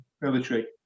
military